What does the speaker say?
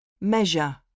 Measure